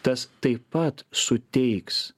tas taip pat suteiks